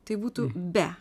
tai būtų be